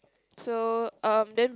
so um then